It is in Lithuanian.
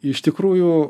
iš tikrųjų